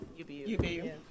UBU